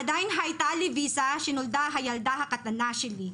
עדיין הייתה לי ויזה כשנולדה הילדה הקטנה שלי.